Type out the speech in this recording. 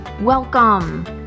Welcome